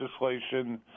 legislation